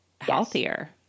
healthier